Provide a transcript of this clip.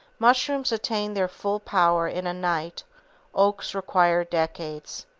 mushrooms attain their full power in a night oaks require decades.